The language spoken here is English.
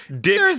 Dick